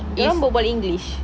dorang berbual english